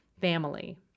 family